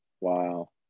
Wow